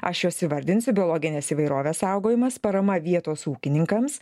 aš juos įvardinsiu biologinės įvairovės saugojimas parama vietos ūkininkams